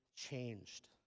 changed